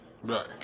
Right